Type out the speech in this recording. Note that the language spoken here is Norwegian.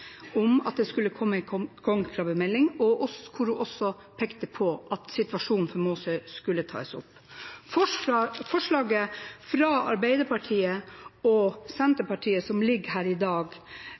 om at det skulle komme en kongekrabbemelding, hvor hun også pekte på at situasjonen for Måsøy skulle tas opp. Forslaget fra Arbeiderpartiet og Senterpartiet som foreligger her i dag,